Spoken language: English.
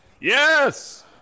Yes